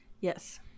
Yes